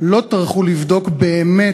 לא טרחו לבדוק באמת,